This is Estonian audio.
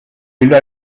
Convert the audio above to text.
üle